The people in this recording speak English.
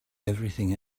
everything